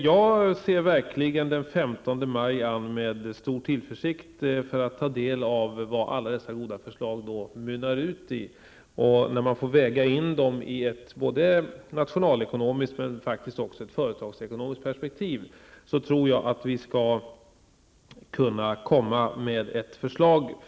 Jag ser verkligen den 15 maj an med stor tillförsikt, för att då få ta del av vad alla dessa goda förslag mynnar ut i. När man får väga in dem i ett både nationalekonomiskt och företagsekonomiskt perspektiv tror jag att regeringen framöver skall kunna komma med ett förslag.